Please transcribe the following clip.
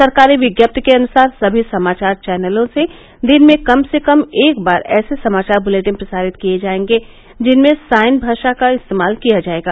सरकारी विज्ञप्ति के अनुसार सभी समाचार चैनलों से दिन में कम से कम एक बार ऐसे समाचार बुलेटिन प्रसारित किए जाएंगे जिनमें साइन भाषा का इस्तेमाल किया जाएगा